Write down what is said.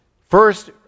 First